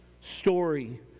story